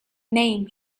name